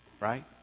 right